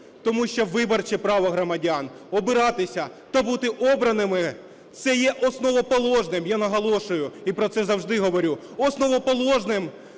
Тому що виборче право громадян – обиратися та бути обраним, це є основоположним, я на це наголошую і про це завжди говорю, основоположним